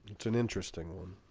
it's an interesting one